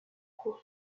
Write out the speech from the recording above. cour